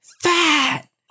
fat